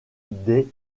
des